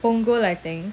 punggol I think